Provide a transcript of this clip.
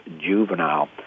Juvenile